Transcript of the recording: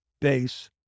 Base